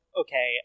okay